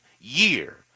year